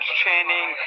training